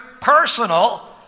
personal